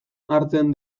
hartzen